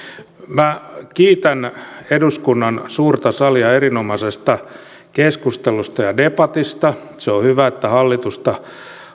minä kiitän eduskunnan suurta salia erinomaisesta keskustelusta ja debatista se on hyvä että hallitusta